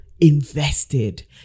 invested